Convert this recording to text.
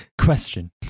Question